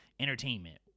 entertainment